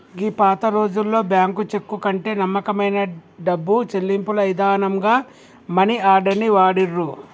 గీ పాతరోజుల్లో bank cheque కంటే నమ్మకమైన డబ్బు చెల్లింపుల ఇదానంగా మనీ ఆర్డర్ ని వాడిర్రు